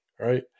right